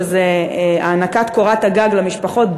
שזה הענקת קורת הגג למשפחות,